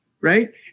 right